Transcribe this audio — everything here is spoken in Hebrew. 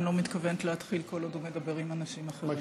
אני לא מתכוונת להתחיל כל עוד הוא מדבר עם אנשים אחרים.